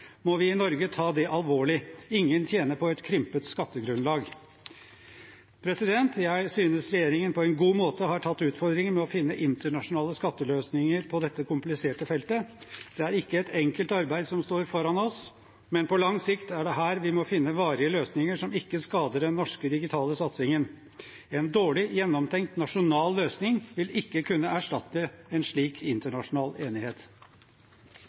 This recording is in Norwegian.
må vi i Norge ta det alvorlig. Ingen tjener på et krympet skattegrunnlag. Jeg synes regjeringen på en god måte har tatt utfordringen med å finne internasjonale skatteløsninger på dette kompliserte feltet. Det er ikke et enkelt arbeid som står foran oss, men på lang sikt er det her vi må finne varige løsninger som ikke skader den norske digitale satsingen. En dårlig gjennomtenkt nasjonal løsning vil ikke kunne erstatte en slik internasjonal enighet.